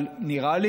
אבל נראה לי,